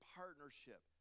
partnership